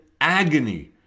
agony